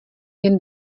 jen